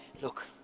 look